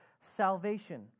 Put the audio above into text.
salvation